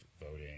voting